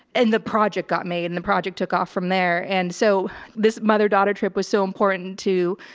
and the project got made and the project took off from there. and so this mother daughter trip was so important to,